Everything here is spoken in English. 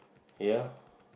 ya